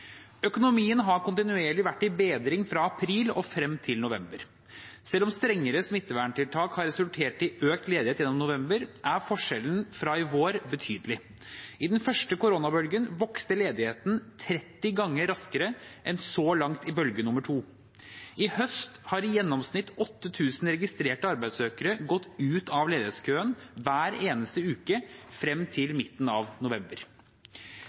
Økonomien har kontinuerlig vært i bedring fra april og frem til november. Selv om strengere smitteverntiltak har resultert i økt ledighet gjennom november, er forskjellen fra i vår betydelig. I den første koronabølgen vokste ledigheten 30 ganger raskere enn så langt i bølge nummer to. I høst har i gjennomsnitt 8 000 registrerte arbeidssøkere gått ut av ledighetskøen hver eneste uke frem til midten av november.